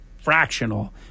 fractional